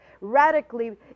radically